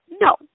No